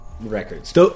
Records